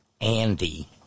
Andy